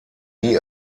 nie